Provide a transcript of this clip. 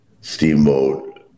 Steamboat